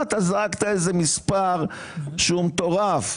זרקת מספר מטורף,